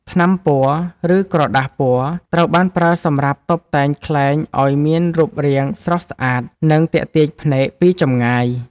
ថ្នាំពណ៌ ឬក្រដាសពណ៌ ត្រូវបានប្រើសម្រាប់តុបតែងខ្លែងឱ្យមានរូបរាងស្រស់ស្អាត និងទាក់ទាញភ្នែកពីចម្ងាយ។